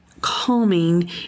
calming